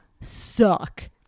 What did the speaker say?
suck